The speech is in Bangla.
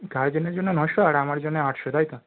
গার্জেনের জন্য নশো আর আমার জন্যে আটশো তাই তো